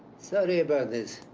sorry about this.